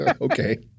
Okay